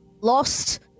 lost